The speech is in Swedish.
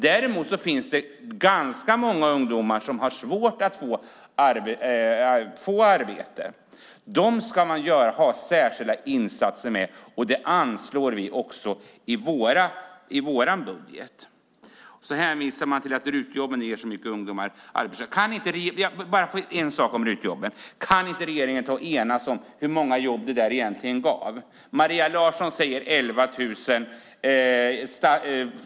Däremot finns det ganska många ungdomar som har svårt att få arbete. För dem ska man ha särskilda insatser, och det anslår vi också medel till i vår budget. Maria Larsson hänvisar till att RUT-jobben ger ungdomar arbete. Jag vill fråga en sak om RUT-jobben, och det är om inte regeringen kan ta och enas om hur många jobb det egentligen gett. Maria Larsson säger 11 000.